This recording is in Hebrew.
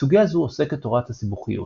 בסוגיה זו עוסקת תורת הסיבוכיות.